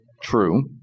true